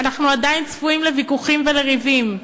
ואנחנו עדיין צפויים לוויכוחים ולריבים,